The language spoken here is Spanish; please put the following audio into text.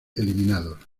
eliminados